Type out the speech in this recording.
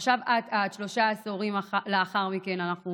ועכשיו, אט-אט, שלושה עשורים לאחר מכן, אנחנו